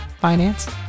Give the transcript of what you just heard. finance